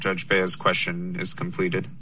judge perez question is completed